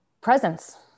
Presence